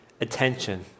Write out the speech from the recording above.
attention